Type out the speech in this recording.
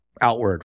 outward